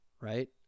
Right